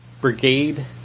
Brigade